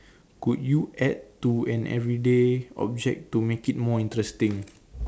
could you add to an everyday object to make it more interesting